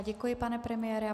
Děkuji, pane premiére.